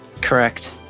Correct